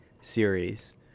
series